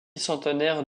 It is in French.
centenaire